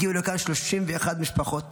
הגיעו לכאן 31 משפחות